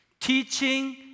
teaching